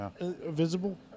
visible